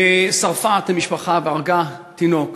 שרפה את המשפחה והרגה תינוק,